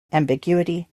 ambiguity